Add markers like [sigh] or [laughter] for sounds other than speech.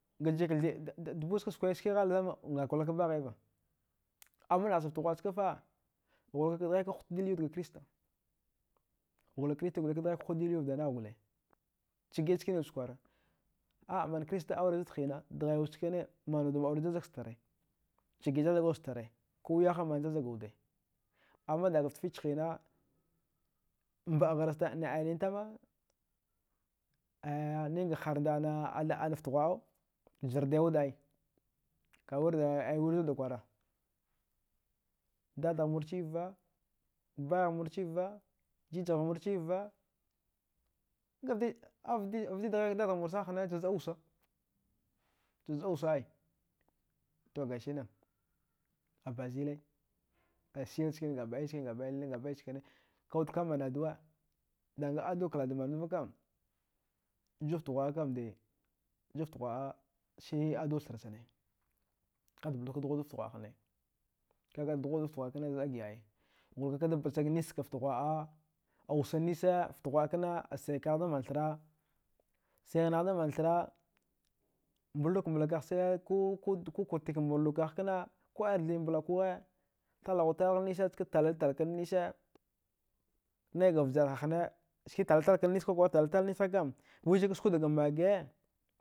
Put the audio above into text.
Dajikathiɗ [hesitation] dbuskaskwai ski ghalnatama ngaka ghlak baghaiva amma nahcha fghwaɗ skafa blaka kadghaka hudil yaudga krista ghula krista gole kadghaika huddilyau vdanaghgule chagiɗa chkaniwud chakwara, a mankrista aure zudhina dghiwud chkane manwud aure jajag stara chadiɗa jajagwud stare kuwiyaha manjajag wuda amma daga ftafich hina mbaɗagharsta aya nintama aya ninga harnda ftaghuwa. azardaiwuda ai kawida aya wirzuda kwara dadaghmurchiva, bayaghmurchiva, jijaghmurchiva, gavdi vdidghaigh dadaghmusana hne chazzaɗa wusa chazzaɗa wusa ai to gasinanabazile asiyal chkane lilin gabɗai chkane kawuka man aduae dagan adua klada manwudavakam, jufta ghwa. akamde jufta ghwa. a si adua thrachane, kada blawudka dughudaft ghwa. a hne kaga dghuwudaft ghwaɗ kana zɗa giɗa ai ghulakakda basag nisschka ftaghuwa. a awusa nisa fta ghwa. akana saikaghda manthra saighnagh da manthra mbaldukambla kagh ku. kukwartik mbaldu kagh kna ko ɗarithiɗ mblakuwa talarghutalagh nisa ska talarittalkan nise naiga vjarha hne ski talaritalkan niss kwakwara talarin niss hakam wichik skudaga mage